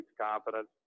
confidence